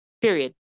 Period